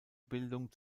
bildung